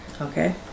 Okay